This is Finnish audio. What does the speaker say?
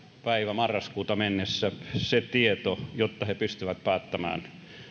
päivään marraskuuta mennessä se tieto jotta he pystyvät päättämään